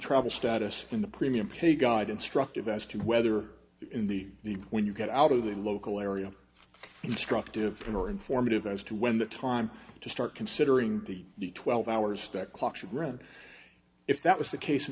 trouble status in the premium paid guide instructive as to whether in the when you get out of the local area instructive and or informative as to when the time to start considering the twelve hours that clocks run if that was the case